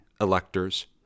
electors